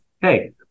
hey